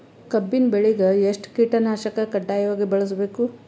ಕಬ್ಬಿನ್ ಬೆಳಿಗ ಎಷ್ಟ ಕೀಟನಾಶಕ ಕಡ್ಡಾಯವಾಗಿ ಬಳಸಬೇಕು?